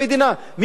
מי מונע את זה?